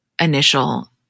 initial